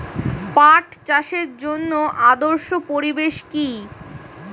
পাট চাষের জন্য আদর্শ পরিবেশ কি?